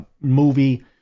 movie